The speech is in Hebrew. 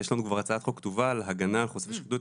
יש לנו כבר הצעת חוק כתובה על הגנה על חושפי שחיתויות.